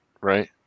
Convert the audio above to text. right